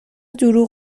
دروغ